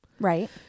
Right